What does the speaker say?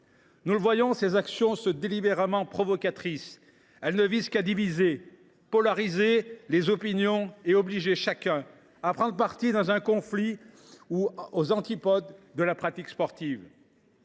Nous le voyons : ces actions sont délibérément provocatrices. Elles ne visent qu’à diviser, à polariser les opinions et à obliger chacun à prendre parti dans un conflit aux antipodes de la pratique sportive.